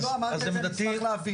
אם לא אמרת את זה אני אשמח להבין.